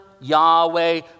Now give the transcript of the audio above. Yahweh